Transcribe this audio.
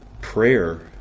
Prayer